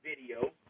video